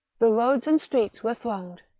the roads and streets were thronged,